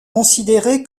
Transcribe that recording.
considéré